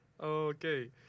Okay